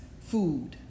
food